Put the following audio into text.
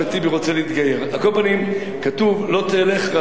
על כל פנים, כתוב "לא תלך רכיל בעמך",